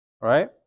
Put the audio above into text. Right